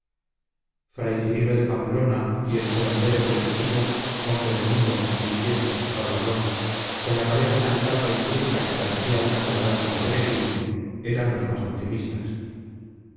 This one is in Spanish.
fray cirilo de pamplona y el curandero petriquillo hombre menudo inquieto hablador con la cabeza tan calva y negruzca que parecía una calabaza de peregrino eran los más optimistas